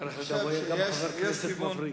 אנחנו מדברים על חבר כנסת מבריק,